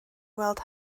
weld